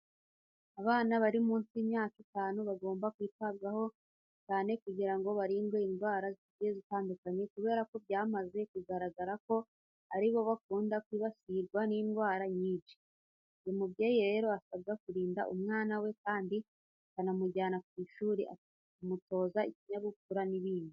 Abana bari munsi y'imyaka itanu baba bagomba kwitabwaho cyane kugira ngo barindwe indwara zigiye zitandukanye kubera ko byamaze kugaragara ko ari bo bakunda kwibasirwa n'indwara nyinshi. Buri mubyeyi rero, asabwa kurinda umwana we kandi akanamujyana ku ishuri, akamutoza ikinyabupfura n'ibindi.